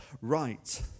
right